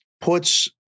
puts